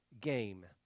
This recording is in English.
game